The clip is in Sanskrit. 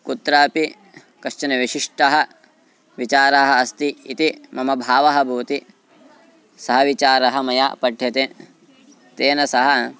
कुत्रापि कश्चन विशिष्टः विचारः अस्ति इति मम भावः भवति सः विचारः मया पठ्यते तेन सह